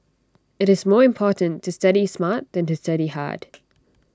IT is more important to study smart than to study hard